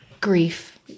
Grief